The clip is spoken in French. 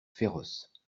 féroce